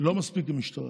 לא מספיק עם המשטרה.